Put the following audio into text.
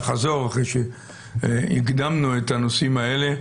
אחרי שהקדמנו את הנושאים האלה,